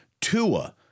Tua